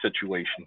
situation